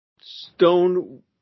stone